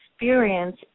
experience